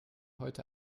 heute